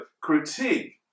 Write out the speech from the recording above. critique